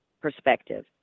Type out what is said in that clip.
perspective